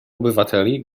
obywateli